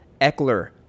Eckler